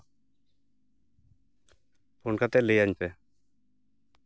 phone ᱠᱟᱛᱮ ᱞᱟᱹᱭᱟᱹᱧ ᱯᱮ